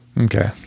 okay